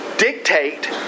Dictate